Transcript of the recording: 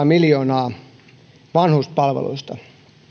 miljoonaa haettiin alkuaikoina vanhuspalveluista